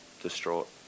distraught